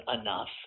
enough